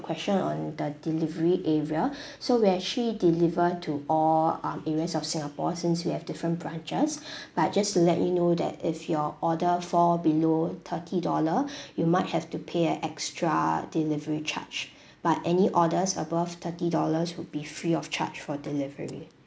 question on the delivery area so we actually deliver to all um areas of singapore since we have different branches but just to let you know that if your order fall below thirty dollar you might have to pay a extra delivery charge but any orders above thirty dollars would be free of charge for delivery